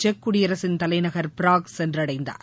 check குடியரசின் தலைநகர் Prague சென்றடைந்தார்